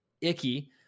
icky